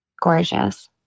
gorgeous